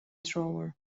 drawer